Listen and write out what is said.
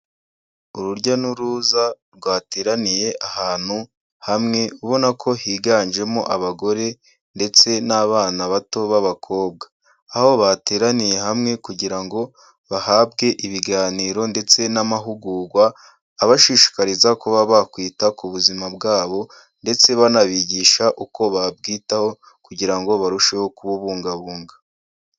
Urujya n'uruza rwateraniye ahantu hamwe ubona ko higanjemo abagore ndetse n'abana bato b'abakobwa, aho bateraniye hamwe kugira ngo bahabwe ibiganiro ndetse n'amahugurwa abashishikariza kuba bakwita ku buzima bwabo ndetse banabigisha uko babwitaho kugira ngo barusheho kububungabunga.